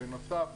בנוסף,